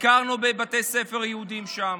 ביקרנו בבתי ספר יהודיים שם,